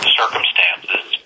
circumstances